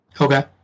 Okay